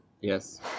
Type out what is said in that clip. Yes